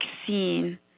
vaccine